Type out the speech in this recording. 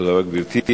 תודה רבה, גברתי.